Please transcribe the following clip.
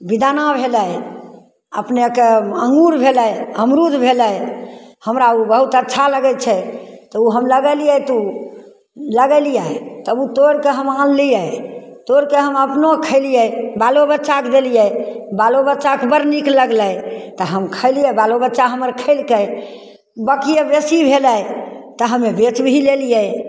बेदाना भेलै अपनेके अङ्गूर भेलै अमरुद भेलै हमरा ओ बहुत अच्छा लगै छै तऽ ओ हम लगेलिए तऽ ओ लगेलिए तब ओ तोड़िके हम आनलिए तोड़िके हम अपनहु खेलिए बालो बच्चाके देलिए बालो बच्चाके बड़ नीक लगलै तऽ हम खएलिए बालो बच्चा हमर खएलकै बाकिए जे बेसी भेलै तऽ हमे बेचि भी लेलिए